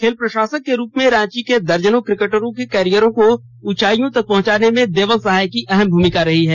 खेल प्रशासक के रूप में रांची के दर्जनों क्रिकेटरों के करियर को उंचाईयों तक पहुंचाने में देवल सहाय की अहम भूमिका रही है